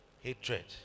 hatred